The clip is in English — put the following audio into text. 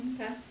Okay